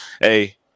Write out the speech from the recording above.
Hey